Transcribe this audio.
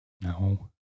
No